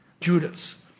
Judas